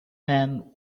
man